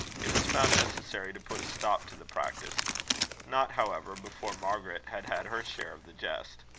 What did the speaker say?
it was found necessary to put a stop to the practice not, however, before margaret had had her share of the jest.